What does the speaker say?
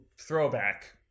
throwback